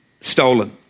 stolen